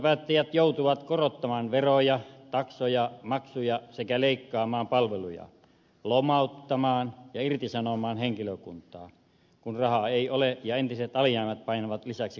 kuntapäättäjät joutuvat korottamaan veroja taksoja ja maksuja sekä leikkaamaan palveluja lomauttamaan ja irtisanomaan henkilökuntaa kun rahaa ei ole ja entiset alijäämät painavat lisäksi kuntapäättäjien hartioita